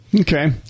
Okay